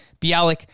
Bialik